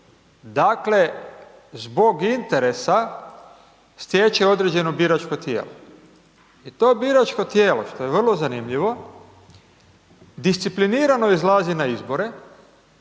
dakle zbog interesa stječe određeno biračko tijelo. I to biračko tijelo, što je vrlo zanimljivo, disciplinirano izlazi na izbore